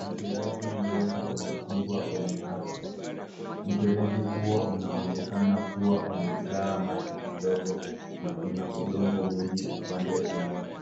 Mfereji mrefu umechimbwa kwenye ardhi. Mfereji huo unaonekana kuwa umejaa maji kidogo na una udongo mwingi upande mmoja.